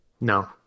No